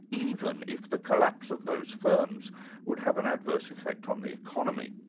even if the collapse of those firms would have an adverse effect on the economy.